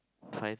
fine